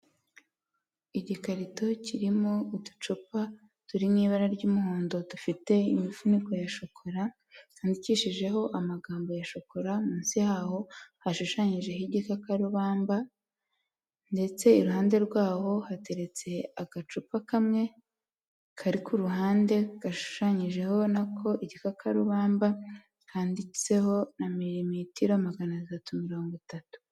Igikarito kirimo uducupa turi mu ibara ry'umuhondo, dufite imifuniko ya shokora, handikishijeho amagambo ya shokora, munsi yaho hashushanyijeho igikakarubamba ndetse iruhande rwaho hateretse agacupa kamwe kari ku ruhande gashushanyijeho na ko igikakarubamba, handitseho na mirimitiro magana atatu mirongo itatu.